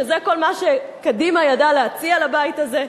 שזה כל מה שקדימה ידעה להציע לבית הזה.